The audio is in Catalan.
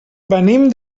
venim